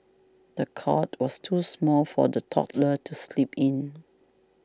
the cot was too small for the toddler to sleep in